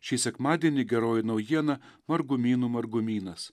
šį sekmadienį geroji naujiena margumynų margumynas